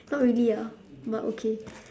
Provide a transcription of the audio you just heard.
not really ah but okay